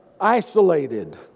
isolated